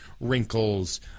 wrinkles